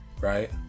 right